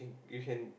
you can